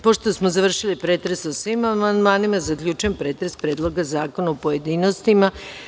Pošto smo završili pretres o svim amandmanima, zaključujem pretres Predloga zakona u pojedinostima.